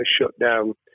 shutdown